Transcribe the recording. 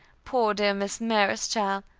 poor dear miss mary's child!